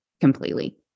completely